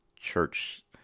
church